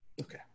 okay